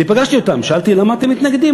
אני פגשתי אותם, שאלתי: למה אתם מתנגדים?